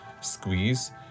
squeeze